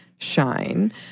shine